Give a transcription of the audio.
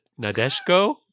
Nadeshko